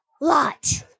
lot